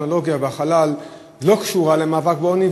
הטכנולוגיה והחלל לא קשורה למאבק בעוני,